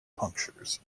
punctures